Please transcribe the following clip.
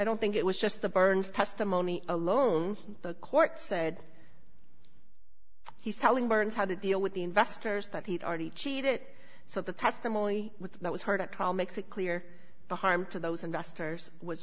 don't think it was just the burns testimony alone the court said he's telling barnes how to deal with the investors that he'd already cheated so the testimony with that was hard to calm makes it clear the harm to those investors was